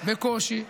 בקושי.